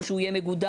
או שהוא יהיה מגודר,